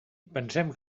pensem